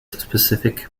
specific